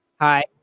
hi